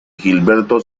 gilberto